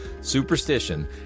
superstition